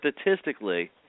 statistically